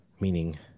meaning